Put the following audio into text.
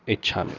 इच्छामि